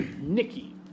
Nikki